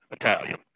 Italian